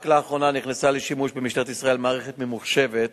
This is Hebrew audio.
רק לאחרונה נכנסה לשימוש במשטרת ישראל מערכת ממוחשבת